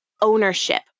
ownership